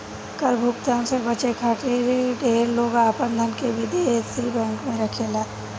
कर भुगतान से बचे खातिर ढेर लोग आपन धन के विदेशी बैंक में रखेला